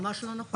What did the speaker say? זה ממש לא נכון.